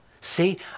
See